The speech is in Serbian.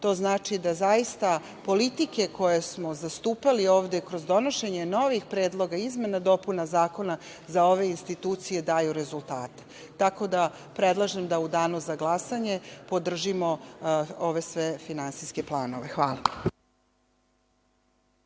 To znači da zaista politike koje smo zastupali ovde kroz donošenje novih predloga, izmena i dopuna zakona za ove institucije daju rezultate. Predlažem da u Danu za glasanje podržimo sve ove finansijske planove. Hvala.